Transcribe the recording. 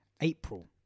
April